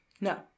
No